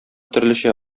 төрлечә